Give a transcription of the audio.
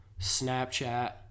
Snapchat